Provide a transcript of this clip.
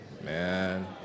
man